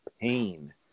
pain